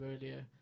earlier